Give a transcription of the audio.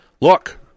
Look